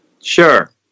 Sure